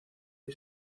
hoy